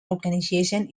organization